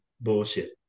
Bullshit